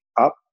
up